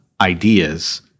ideas